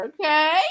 okay